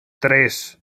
tres